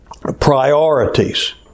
priorities